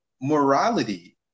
morality